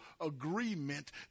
agreement